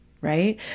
Right